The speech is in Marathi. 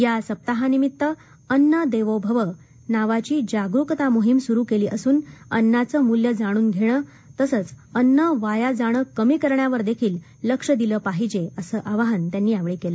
या सप्ताहानिमित्त अन्न देवो भव नावाची जागरुकता मोहीम सुरु केली असून अन्नाचं मूल्य जाणून घेणं तसंच अन्न वाया जाणं कमी करण्यावर देखील लक्ष दिलं पाहिजे असं आवाहन त्यांनी केलं